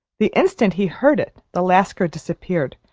the instant he heard it the lascar disappeared,